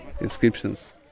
inscriptions